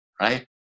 right